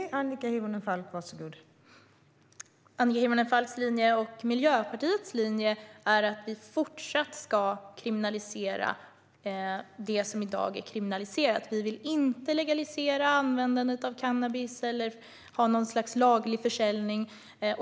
Fru talman! Annika Hirvonen Falks linje och Miljöpartiets linje är att det som i dag är kriminaliserat fortsatt ska vara kriminaliserat. Vi vill inte legalisera användandet av cannabis eller ha något slags laglig försäljning.